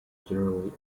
generally